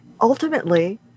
ultimately